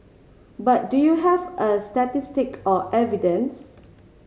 but do you have a statistic or evidence